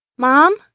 Mom